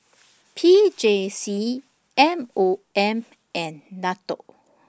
P J C M O M and NATO